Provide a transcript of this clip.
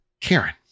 Karen